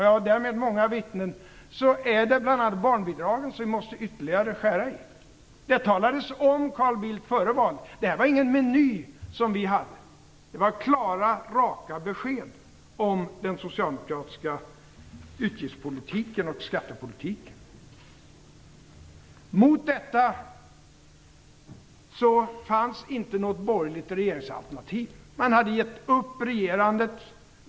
Jag sade att om vi tvingas är det bl.a. barnbidragen som vi måste skära i ytterligare. Det talades om före valet. Det var ingen meny som vi hade. Det var klara, raka besked om den socialdemokratiska utgiftspolitiken och skattepolitiken. Mot detta fanns det inte något borgerligt regeringsalternativ. Man hade givit upp regerandet.